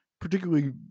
particularly